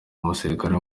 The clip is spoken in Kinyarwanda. umusirikare